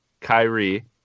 kyrie